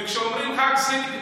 וכשאומרים חג סיגד,